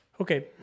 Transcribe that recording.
Okay